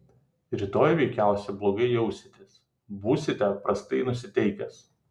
rytoj veikiausiai blogai jausitės būsite prastai nusiteikęs